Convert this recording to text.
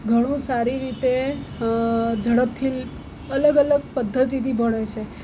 ઘણું સારી રીતે ઝડપથી અલગ અલગ પદ્ધતિથી ભણે છે